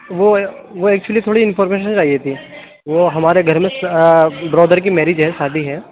وہ وہ ایکچولی تھوڑی انفارمیشن چاہیے تھی وہ ہمارے گھر میں برادر کی میرج ہے شادی ہے